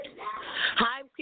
Hi